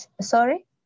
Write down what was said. Sorry